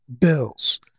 bills